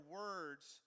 words